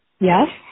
yes